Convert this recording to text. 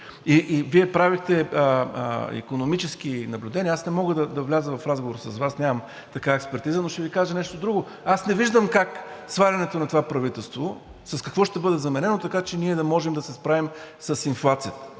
Вие правите икономически наблюдения и аз не мога да вляза в разговор с Вас – нямам такава експертиза, но ще Ви кажа нещо друго: аз не виждам свалянето на това правителство с какво ще бъде заменено, така че ние да можем да се справим с инфлацията,